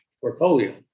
portfolio